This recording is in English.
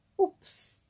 oops